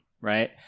right